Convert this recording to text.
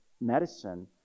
medicine